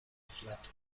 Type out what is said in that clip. flato